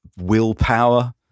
willpower